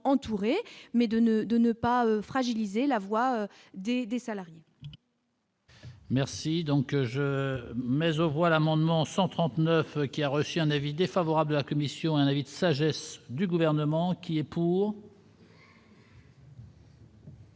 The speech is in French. ne de ne pas fragiliser la voix des des salariés. Merci donc je mais au voilà Mandement 139 qui a reçu un avis défavorable de la Commission invite sagesse du gouvernement qui est pour.